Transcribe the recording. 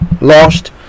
Lost